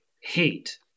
hate